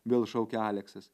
vėl šaukia aleksas